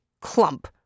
clump